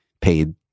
paid